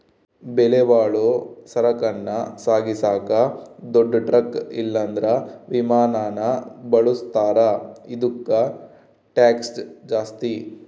ಬೆಲೆಬಾಳೋ ಸರಕನ್ನ ಸಾಗಿಸಾಕ ದೊಡ್ ಟ್ರಕ್ ಇಲ್ಲಂದ್ರ ವಿಮಾನಾನ ಬಳುಸ್ತಾರ, ಇದುಕ್ಕ ಟ್ಯಾಕ್ಷ್ ಜಾಸ್ತಿ